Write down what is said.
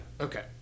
Okay